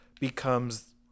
becomes